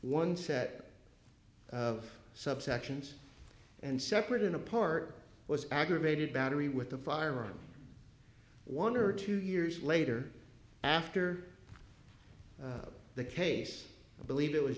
one set of subsections and separate and apart was aggravated battery with a firearm one or two years later after the case i believe it was